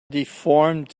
deformed